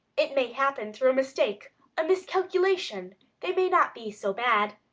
it may happen through a mistake a miscalculation they may not be so bad.